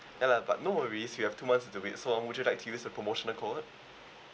then uh but no worries you have two months to the week so would you like to use the promotional code